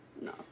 No